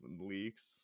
leaks